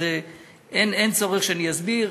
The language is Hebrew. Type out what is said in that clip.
אין צורך שאסביר.